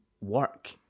work